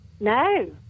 No